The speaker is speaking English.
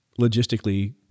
logistically